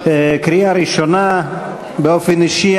49 בעד, אין מתנגדים, יש נמנע אחד.